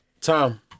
Tom